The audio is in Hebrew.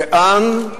לאן,